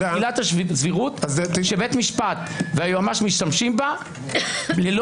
עילת סבירות שבית המשפט והיועמ"ש משתמשים בה ללא